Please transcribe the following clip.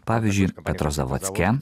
pavyzdžiui petrozavodske